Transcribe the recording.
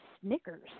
Snickers